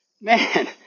man